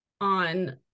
on